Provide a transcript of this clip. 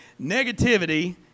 Negativity